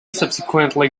subsequently